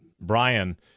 Brian